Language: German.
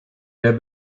der